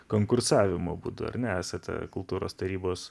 konkursavimo būdu ar ne esate kultūros tarybos